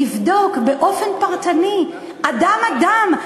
לבדוק באופן פרטני אדם-אדם,